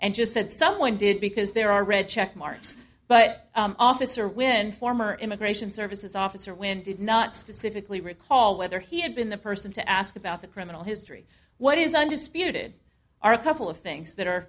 and just said someone did because there are red check marks but officer when former immigration services officer when did not specifically recall whether he had been the person to ask about the criminal history what is undisputed are a couple of things that are